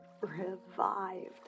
revived